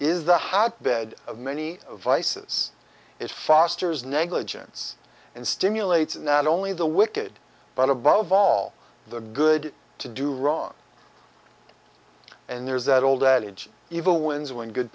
the hotbed of many vices it fosters negligence and stimulates not only the wicked but above all the good to do wrong and there's that old adage evil wins when good